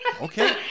okay